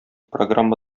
программа